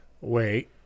Wait